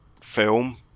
film